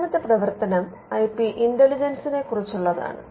രണ്ടാമത്തെ പ്രവർത്തനം I P ഇന്റലിജൻസിനെ കുറിച്ചുള്ളതാണ്